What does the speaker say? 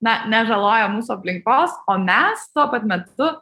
na nežaloja mūsų aplinkos o mes tuo pat metu